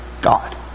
God